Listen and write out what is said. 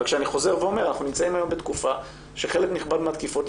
רק שאני חוזר ואומר: אנחנו נמצאים היום בתקופה שחלק נכבד מהתקיפות,